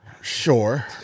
sure